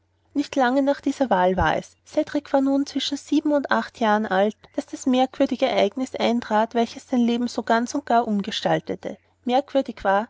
nicht lange nach dieser wahl war es cedrik war nun zwischen sieben und acht jahren alt daß das seltsame ereignis eintrat welches sein leben so ganz und gar umgestaltete merkwürdig war